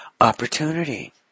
opportunity